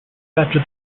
after